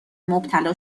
مبتلا